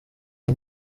iyi